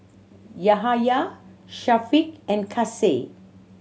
Yahaya Syafiq and Kasih